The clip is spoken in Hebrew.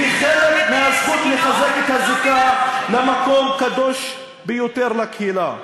והיא חלק מהזכות לחזק את הזיקה למקום קדוש ביותר לקהילה.